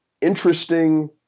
Interesting